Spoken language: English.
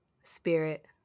spirit